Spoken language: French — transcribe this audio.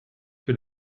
que